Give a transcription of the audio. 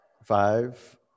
Five